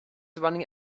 running